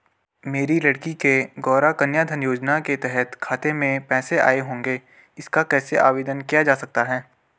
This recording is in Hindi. मेरी लड़की के गौंरा कन्याधन योजना के तहत खाते में पैसे आए होंगे इसका कैसे आवेदन किया जा सकता है?